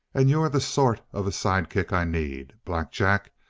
and you're the sort of a sidekick i need. black jack,